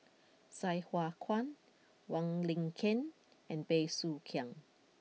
Sai Hua Kuan Wong Lin Ken and Bey Soo Khiang